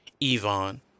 Yvonne